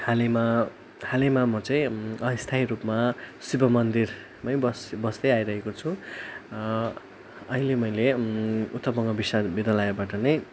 हालैमा हालैमा म चाहिँ अस्थायी रूपमा शिव मन्दिरमै बस्छु बस्दै आइरहेको छु अहिले मैले उत्तर बङ्गाल विश्वविद्यालयबाट नै